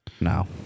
No